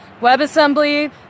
WebAssembly